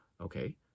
Okay